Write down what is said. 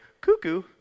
cuckoo